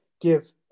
give